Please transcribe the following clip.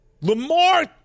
Lamar